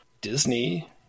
Disney